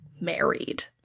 married